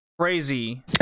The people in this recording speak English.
Crazy